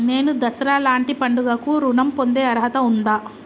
నేను దసరా లాంటి పండుగ కు ఋణం పొందే అర్హత ఉందా?